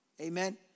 Amen